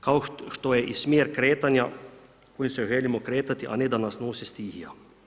Kao što je i smjer kretanja kojim se želimo kretati, a ne da nas nosi stihija.